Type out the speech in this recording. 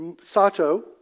sato